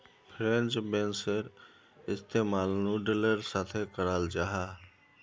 French बेंसेर इस्तेमाल नूडलेर साथे कराल जाहा